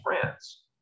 friends